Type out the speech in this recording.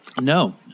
No